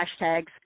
hashtags